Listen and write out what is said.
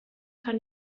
kann